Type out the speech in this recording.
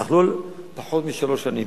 אך לא פחות משלוש שנים.